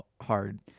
hard